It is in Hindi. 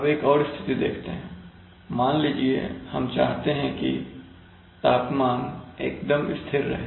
अब एक और स्थिति देखते हैं मान लीजिए हम चाहते हैं कि तापमान एकदम स्थिर रहे